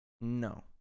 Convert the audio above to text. No